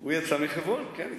הוא יצא מחברון, כן.